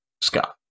Scott